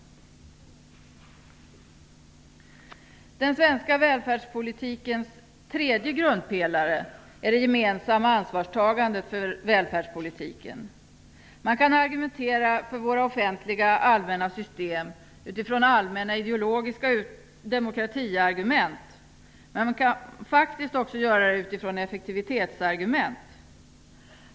Den svenska välfärdspolitikens tredje grundpelare är det gemensamma ansvarstagandet för välfärdspolitiken. Man kan argumentera för våra offentliga allmänna system utifrån allmänna, ideologiska demokratisynpunkter, men man kan faktiskt också göra det utifrån effektivitetssynpunkter.